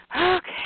Okay